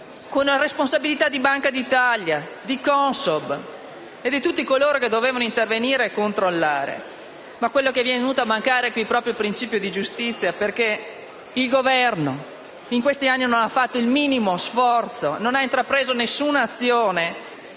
con la responsabilità di Banca d'Italia, Consob e di tutti coloro che dovevano intervenire e controllare. Ma quello che qui è venuto a mancare è proprio il principio di giustizia, perché il Governo in questi anni non ha fatto il minimo sforzo, non ha intrapreso alcuna azione